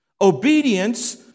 Obedience